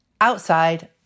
outside